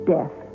Death